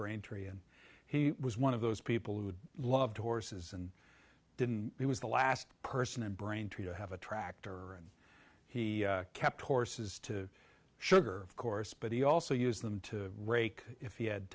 braintree and he was one of those people who loved horses and didn't he was the last person in braintree to have a tractor and he kept horses to sugar of course but he also used them to rake if he had